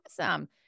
Awesome